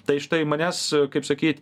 tai štai manęs kaip sakyt